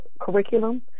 curriculum